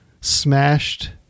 Smashed